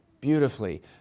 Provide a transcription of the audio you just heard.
beautifully